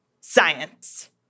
Science